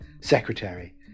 secretary